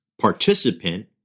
participant